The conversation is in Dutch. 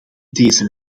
deze